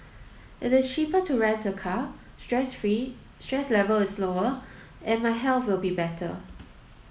it is cheaper to rent a car stress free stress level is lower and my health will be better